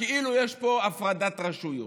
כאילו יש פה הפרדת רשויות.